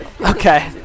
Okay